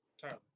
Tyler